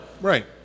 Right